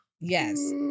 Yes